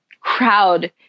crowd